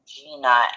Gina